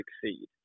succeed